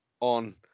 on